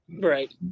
Right